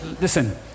Listen